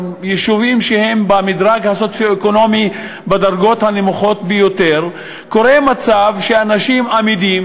יישובים שהם בדרגות הנמוכות ביותר במדרג הסוציו-אקונומי,